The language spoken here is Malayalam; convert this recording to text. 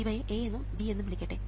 ഇവയെ A എന്നും B എന്നും വിളിക്കട്ടെ